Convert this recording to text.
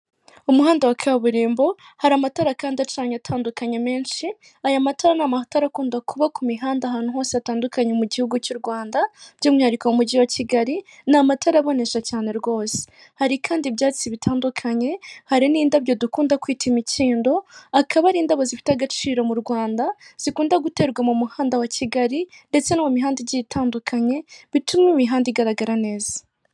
Umuhanda wa kaburimbo hari amatara kandi acanye atandukanye menshi, aya matara n'amatara akunda kuba ku mihanda ahantu hose hatandukanye mu gihugu cy'u rwanda by'umwihariko mujyi wa Kigali. Ni amatara abonesha cyane rwose hari kandi ibyatsi bitandukanye hari n'indabyo dukunda kwita imikindo, akaba ari indabo zifite agaciro mu Rwanda zikunda guterwa mu muhanda wa Kigali ndetse no mu mihanda igiye itandukanye bituma imihanda igaragara neza.